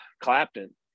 Clapton